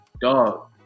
Dog